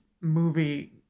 movie